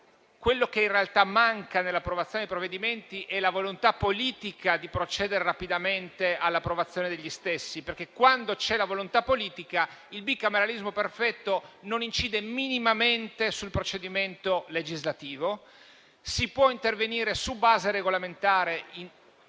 Quella che in realtà manca, nell'approvazione dei provvedimenti, è la volontà politica di procedere rapidamente all'approvazione degli stessi. Quando c'è la volontà politica, il bicameralismo perfetto non incide minimamente sul procedimento legislativo. Si può intervenire su base regolamentare,